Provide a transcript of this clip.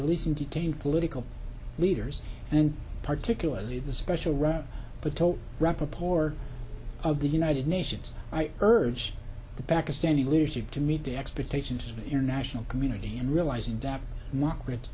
releasing detained political leaders and particularly the special route but told rapoport of the united nations i urge the pakistani leadership to meet the expectations of the international community and realizing that margaret